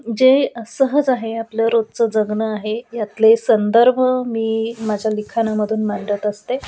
जे सहज आहे आपलं रोजचं जगणं आहे यातले संदर्भ मी माझ्या लिखाणामधून मांडत असते